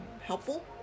helpful